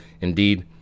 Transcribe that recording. Indeed